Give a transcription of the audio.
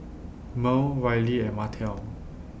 Merl Ryley and Martell